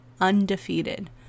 undefeated